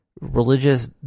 religious